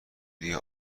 دیگه